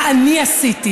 מה אני עשיתי,